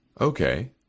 Okay